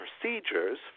procedures